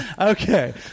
Okay